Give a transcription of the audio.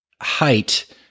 height